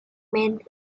man